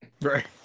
right